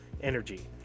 energy